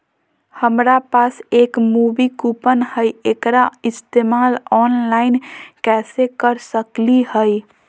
हमरा पास एक मूवी कूपन हई, एकरा इस्तेमाल ऑनलाइन कैसे कर सकली हई?